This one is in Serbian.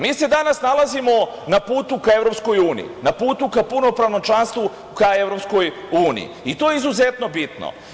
Mi se danas nalazimo na putu ka EU, na putu ka punopravnom članstvu ka EU i to je izuzetno bitno.